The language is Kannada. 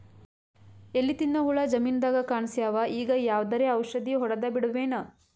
ಎಲಿ ತಿನ್ನ ಹುಳ ಜಮೀನದಾಗ ಕಾಣಸ್ಯಾವ, ಈಗ ಯಾವದರೆ ಔಷಧಿ ಹೋಡದಬಿಡಮೇನ?